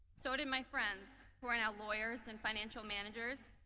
so did my friends who are now lawyers, and financial managers,